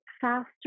faster